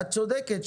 את צודקת,